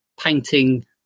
painting